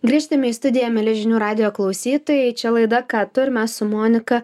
grįžtame į studiją mieli žinių radijo klausytojai čia laida ką tu ir mes su monika